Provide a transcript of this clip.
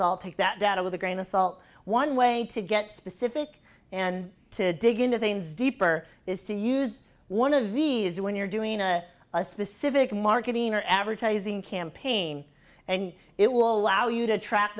salt take that data with a grain of salt one way to get specific and to dig into things deeper is to use one of these when you're doing a specific marketing or advertising campaign and it will allow you to track